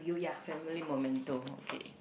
family momento okay